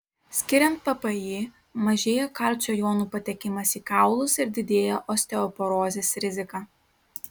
skiriant ppi mažėja kalcio jonų patekimas į kaulus ir didėja osteoporozės rizika